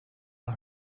are